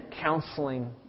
counseling